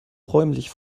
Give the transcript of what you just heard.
räumlich